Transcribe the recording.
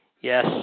Yes